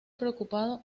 preocupado